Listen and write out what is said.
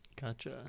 Gotcha